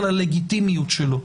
על הלגיטימיות שלו,